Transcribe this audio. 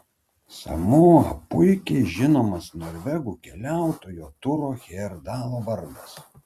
samoa puikiai žinomas norvegų keliautojo turo hejerdalo vardas